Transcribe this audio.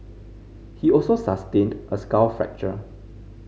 he also sustained a skull fracture